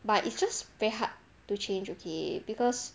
but it's just very hard to change okay because